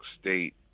State